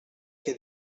què